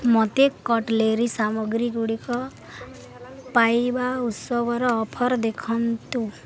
ମୋତେ କଟ୍ଲେରୀ ସାମଗ୍ରୀଗୁଡ଼ିକ ପାଇବା ଉତ୍ସବର ଅଫର୍ ଦେଖାନ୍ତୁ